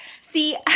See